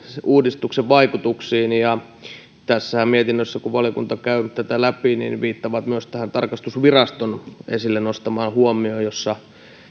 uudistuksen vaikutuksiin tässä mietinnössä kun valiokunta käy tätä läpi viitataan myös tarkastusviraston esille nostamaan huomioon jossa